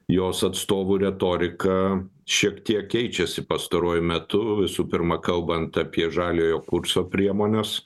jos atstovų retorika šiek tiek keičiasi pastaruoju metu visų pirma kalbant apie žaliojo kurso priemones